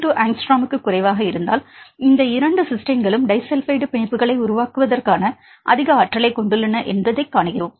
2 ஆங்ஸ்ட்ரோமுக்கு குறைவாக இருந்தால் இந்த 2 சிஸ்டைன்களும் டைஸல்பைடு பிணைப்புகளை உருவாக்குவதற்கான அதிக ஆற்றலைக் கொண்டுள்ளன என்பதைக் காண்கிறோம்